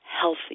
healthy